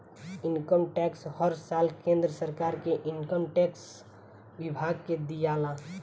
income tax हर साल केंद्र सरकार के इनकम टैक्स विभाग के दियाला